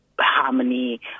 harmony